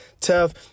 tough